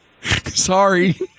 Sorry